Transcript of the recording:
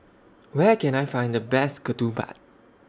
Where Can I Find The Best Ketupat